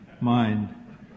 mind